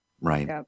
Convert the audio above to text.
Right